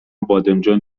بادمجان